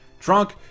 drunk